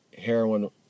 heroin